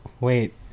Wait